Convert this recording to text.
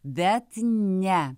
bet ne